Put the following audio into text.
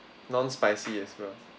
non-spicy as well